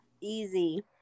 easy